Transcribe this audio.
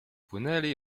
płynęli